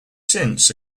since